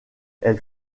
elle